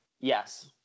Yes